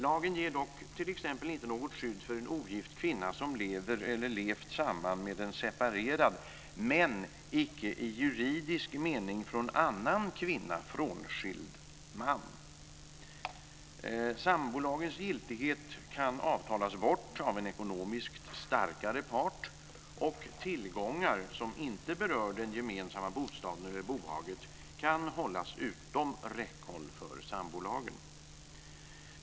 Lagen ger dock t.ex. inte något skydd för en ogift kvinna som lever eller levt samman med en separerad men icke i juridisk mening från annan kvinna frånskild man. Sambolagens giltighet kan avtalas bort av en ekonomiskt starkare part, och tillgångar som inte berör den gemensamma bostaden eller det gemensamma bohaget kan hållas utom räckhåll för sambolagen.